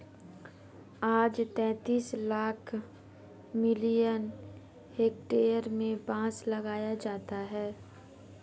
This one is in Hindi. आज तैंतीस लाख मिलियन हेक्टेयर में बांस लगाया जाता है